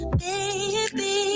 baby